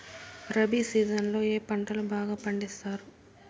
rabi season లో ఏ పంటలు బాగా పండిస్తారు